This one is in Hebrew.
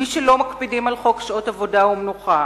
מי שלא מקפידים על חוק שעות עבודה ומנוחה,